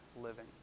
living